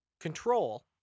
control